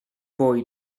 boy